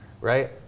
right